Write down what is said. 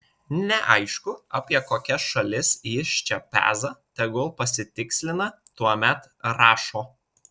neaišku apie kokias šalis jis čia peza tegul pasitikslina tuomet rašo